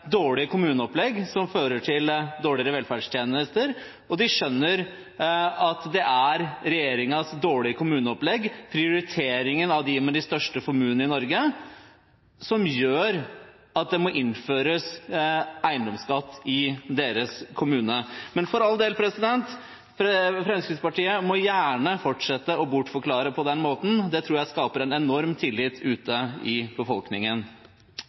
dårlige kommuneopplegg som fører til dårligere velferdstjenester, og de skjønner at det er regjeringens dårlige kommuneopplegg og prioriteringen av dem med de største formuene i Norge som gjør at det må innføres eiendomsskatt i deres kommune Men for all del: Fremskrittspartiet må gjerne fortsette å bortforklare på den måten. Det tror jeg skaper en enorm tillit ute i befolkningen.